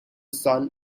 son